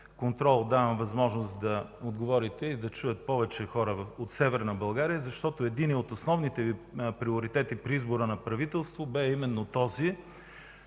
давам възможност да отговорите, и да чуят повече хора от Северна България, защото единият от основните Ви приоритети при избора на правителство беше именно този